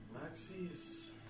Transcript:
Maxie's